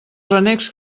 renecs